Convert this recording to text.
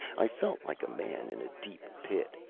i felt like a man in a deep pit,